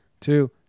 two